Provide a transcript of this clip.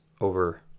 over